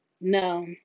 no